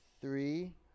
Three